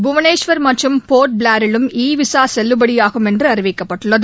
புவனேஷ்வர் மற்றும் போர்ட் பிளேரிலும் e visa செல்லுபடியாகும் என்று அறிவிக்கப்பட்டுள்ளது